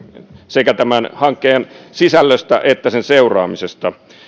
sekä tämän hankkeen sisällöstä että sen seuraamisesta